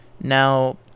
Now